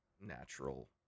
natural